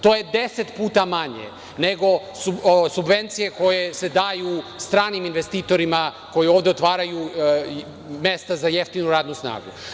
To je deset puta manje nego od subvencije koje se daju stranim investitorima, koji ovde otvaraju mesta za jeftinu radnu snagu.